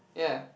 ya